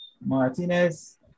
Martinez